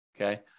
okay